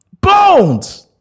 Bones